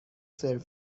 سرو